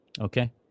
okay